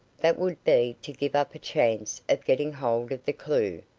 that would be to give up a chance of getting hold of the clue.